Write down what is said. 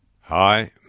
Hi